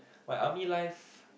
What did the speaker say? but army life